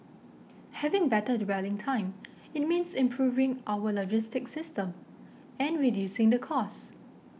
having better dwelling time it means improving our logistic system and reducing the cost